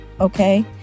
okay